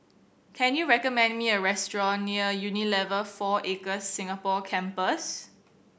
can you recommend me a restaurant near Unilever Four Acres Singapore Campus